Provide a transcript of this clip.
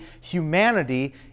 humanity